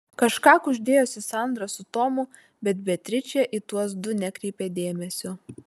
kažką kuždėjosi sandra su tomu bet beatričė į tuos du nekreipė dėmesio